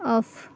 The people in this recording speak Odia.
ଅଫ୍